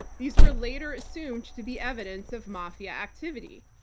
these were later assumed to be evidence of mafia activity.